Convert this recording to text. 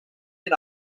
lit